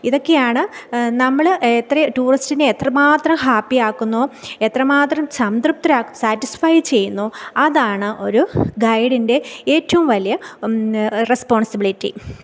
ഇതൊക്കെയാണ് നമ്മൾ എത്ര ടൂറിസ്റ്റിനെ എത്രമാത്രം ഹാപ്പിയാക്കുന്നോ എത്രമാത്രം സംതൃപ്തരാണ് സാറ്റിസ്ഫൈ ചെയ്യുന്നോ അതാണ് ഒരു ഗൈഡിൻ്റെ ഏറ്റവും വലിയ റെസ്പോൺസിബിളിറ്റി